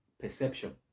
perception